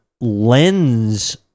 lens